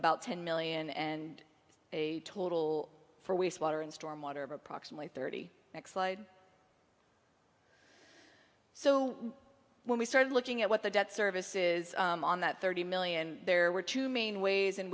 about ten million and a total for waste water and storm water of approximately thirty so when we started looking at what the debt service is on that thirty million there were two main ways in